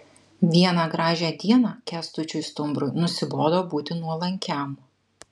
vieną gražią dieną kęstučiui stumbrui nusibodo būti nuolankiam